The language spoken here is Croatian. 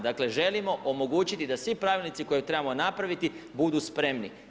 Dakle, želimo omogućiti da svi pravilnici koje trebamo napraviti budu spremni.